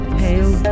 pale